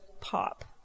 pop